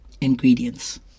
ingredients